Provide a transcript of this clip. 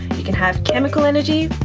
you can have chemical energy,